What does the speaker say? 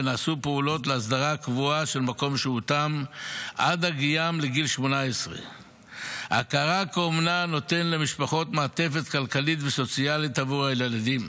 ונעשו פעולות להסדרה קבועה של מקום שהותם עד הגיעם לגיל 18. ההכרה כאומנה נותנת למשפחות מעטפת כלכלית וסוציאלית עבור הילדים.